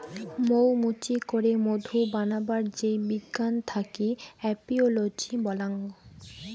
মৌ মুচি করে মধু বানাবার যেই বিজ্ঞান থাকি এপিওলোজি বল্যাং